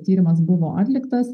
tyrimas buvo atliktas